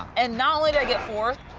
and not only did i get fourth,